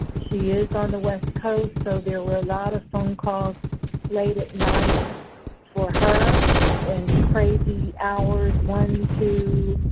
she is on the west coast, so there were a lot of phone calls late at night for her and crazy hours one, two,